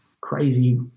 crazy